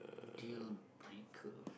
dealbreaker